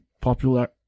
popular